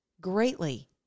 greatly